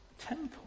temple